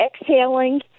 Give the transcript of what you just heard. exhaling